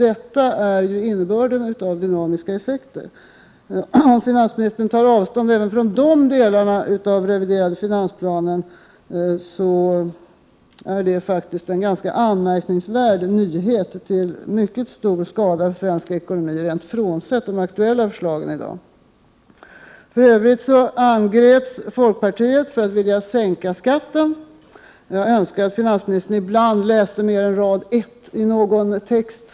Detta är ju innebörden av dynamiska effekter. Tar finansministern avstånd från de delarna av den reviderade finansplanen är det faktiskt en ganska anmärkningsvärd nyhet, till mycket stor skada för svensk ekonomi, frånsett de aktuella förslagen i dag. För övrigt angreps folkpartiet för att vilja sänka skatten. Jag önskar att finansministern ibland läste mer än rad ett i någon text.